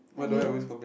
what do you always